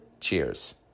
Cheers